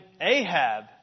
Ahab